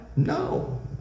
No